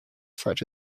such